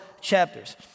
chapters